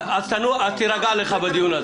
אז תירגע לך בדיון הזה.